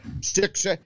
six